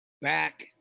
back